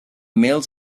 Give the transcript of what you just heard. males